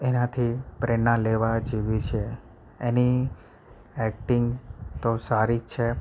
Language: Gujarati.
એનાથી પ્રેરણા લેવા જેવી છે એની એક્ટિંગ તો સારી જ છે